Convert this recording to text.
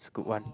scoot one